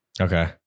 okay